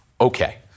Okay